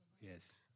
Yes